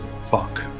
Fuck